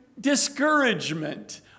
discouragement